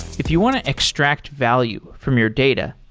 if you want to extract value from your data,